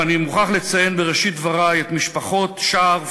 ואני מוכרח לציין בראשית דברי את משפחות שער,